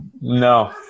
No